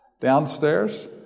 Downstairs